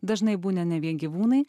dažnai būna ne vien gyvūnai